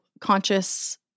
conscious